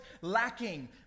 lacking